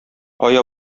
кая